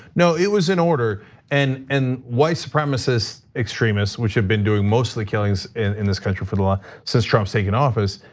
no, it was an order and and white supremacist extremists which have been doing mostly killings in this country for the law says trump's taking office